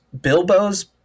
bilbo's